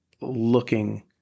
looking